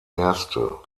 erste